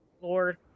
lord